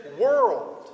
world